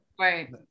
Right